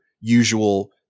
usual